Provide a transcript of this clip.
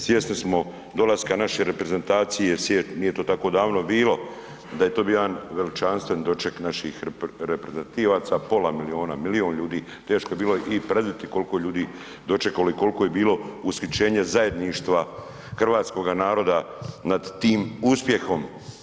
Svjesni smo dolaska naše reprezentacije, nije to tako davno bilo, da je to bio veličanstven doček naših reprezentativaca, pola miliona, milion ljudi, teško je bilo i predviditi koliko je ljudi dočekalo i koliko je bilo ushićenje zajedništava hrvatskoga naroda nad tim uspjehom.